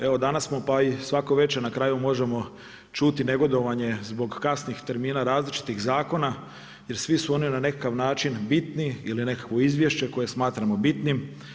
Evo danas smo pa i svako večer, na kraju možemo čuti negodovanje zbog kasnih termina različitih zakona, jer svi su oni na nekakav način bitni ili nekakvo izvješće koje smatramo bitnim.